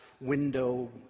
window